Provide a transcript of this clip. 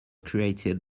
created